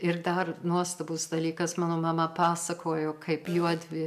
ir dar nuostabus dalykas mano mama pasakojo kaip juodvi